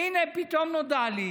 והינה פתאום נודע לי